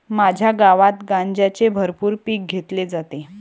माझ्या गावात गांजाचे भरपूर पीक घेतले जाते